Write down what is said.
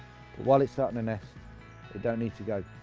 while it's starting the nest don't need to go,